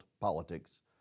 politics